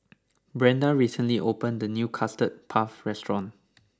Brenda recently opened a new Custard Puff restaurant